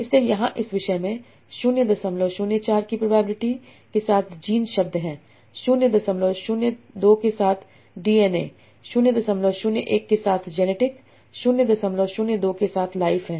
इसलिए यहाँ इस विषय में 004 की प्रोबेबिलिटी के साथ जीन शब्द है 002 के साथ डी एन ए 001 के साथ जेनेटिक 002 के साथ लाइफ है